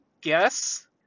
guess